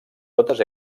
totes